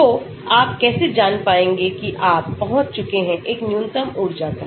तो आप कैसे जान पाएंगे कि आप पहुँच चुके हैं एक न्यूनतम ऊर्जा तक